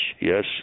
yes